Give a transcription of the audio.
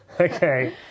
Okay